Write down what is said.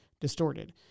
distorted